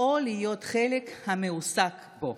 או להיות חלק מהמועסקים בה.